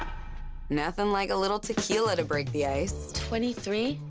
nothing like a little tequila to break the ice. twenty three?